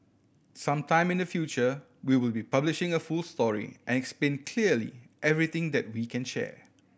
some time in the future we will be publishing a full story and explain clearly everything that we can share